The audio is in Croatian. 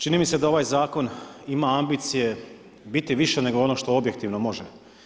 Čini mi se da ovaj zakon ima ambicije biti više nego što ono objektivno može.